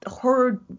heard